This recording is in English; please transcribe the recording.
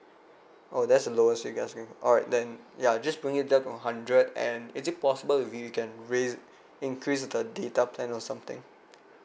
oh that's the lowest you guys give alright then ya just bring it down to hundred and is it possible if you can raise increase the data plan or something